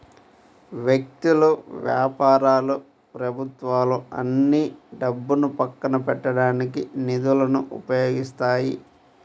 వ్యక్తులు, వ్యాపారాలు ప్రభుత్వాలు అన్నీ డబ్బును పక్కన పెట్టడానికి నిధులను ఉపయోగిస్తాయి